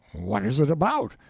what is it about?